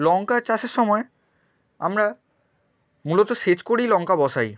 লঙ্কা চাষের সময় আমরা মূলত সেচ করেই লঙ্কা বসাই